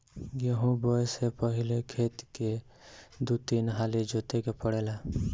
गेंहू बोऐ से पहिले खेत के दू तीन हाली जोते के पड़ेला